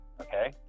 Okay